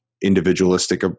individualistic